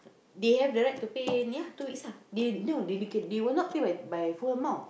they have the right to pay ya two weeks ah no they can they will not pay by full amount